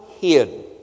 hid